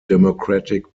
democratic